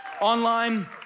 online